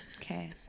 Okay